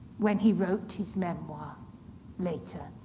when he wrote his memoir later,